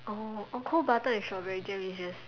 oh oh cold butter with strawberry jam is just